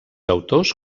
autors